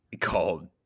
called